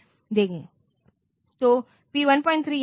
तो P 13 यहाँ है